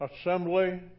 assembly